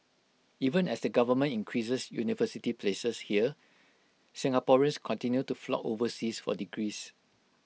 even as the government increases university places here Singaporeans continue to flock overseas for degrees